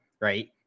right